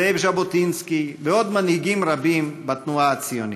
זאב ז'בוטינסקי ועוד מנהיגים רבים בתנועה הציונית.